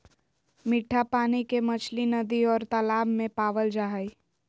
मिट्ठा पानी के मछली नदि और तालाब में पावल जा हइ